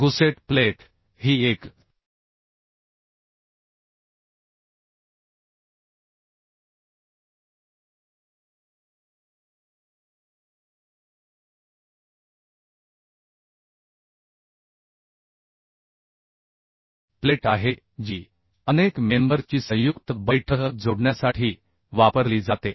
gusset plate ही एक plate आहे जी अनेक मेंबर ची संयुक्त बैठक जोडण्यासाठी वापरली जाते